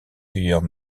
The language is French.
cueilleurs